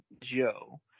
Joe